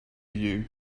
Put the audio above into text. you